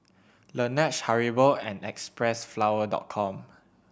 Laneige Haribo and Xpressflower Dot Com